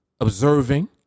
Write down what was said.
observing